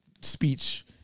speech